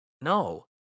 No